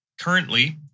currently